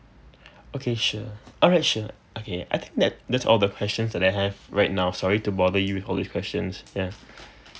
okay sure alright sure okay I think that that's all the questions that I have right now sorry to bother you with all this questions ya